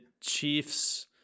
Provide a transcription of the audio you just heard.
chiefs